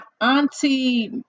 Auntie